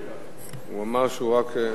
הוא יצא לרגע.